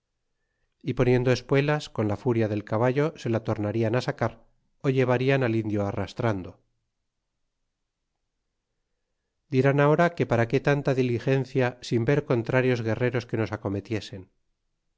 y poniendo espuelas con la furia del caballo se la tornarian sacar ó ilevarian al indio arrastrando dirán ahora que para qué tanta diligencia sin ver contrarios guerreros que nos acometiesen